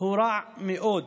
הוא רע מאוד.